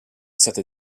stata